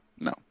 No